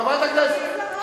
חברת הכנסת,